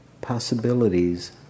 possibilities